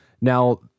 Now